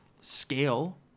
scale